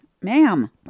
ma'am